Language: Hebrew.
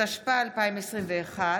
התשפ"א 2021,